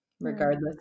regardless